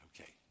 Okay